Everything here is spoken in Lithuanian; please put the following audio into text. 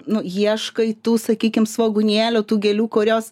nu ieškai tų sakykim svogūnėlių tų gėlių kurios